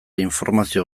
informazio